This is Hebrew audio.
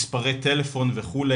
מספרי טלפון וכו'.